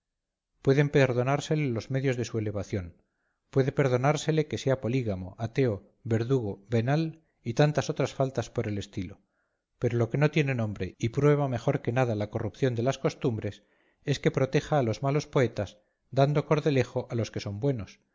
pueden perdonársele los medios de su elevación puede perdonársele que sea polígamo ateo verdugo venal y otras faltas por el estilo pero lo que no tiene nombre y prueba mejor que nada la corrupción de las costumbres es que proteja a los malos poetas dando cordelejo a los que son buenos